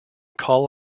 call